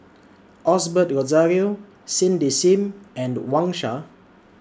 Osbert Rozario Cindy SIM and Wang Sha